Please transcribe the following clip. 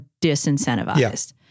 disincentivized